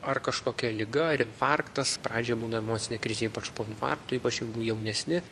ar kažkokia liga ar infarktas pradžioje būna emocinė krizė ypač po infarkto ypač jeigu jaunesni